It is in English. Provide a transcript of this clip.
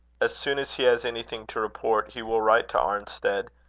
as soon as he has anything to report, he will write to arnstead,